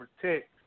protect